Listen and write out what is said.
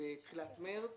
בתחילת מרס